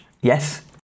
Yes